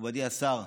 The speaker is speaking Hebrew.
מכובדי השר,